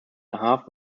half